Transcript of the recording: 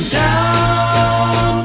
down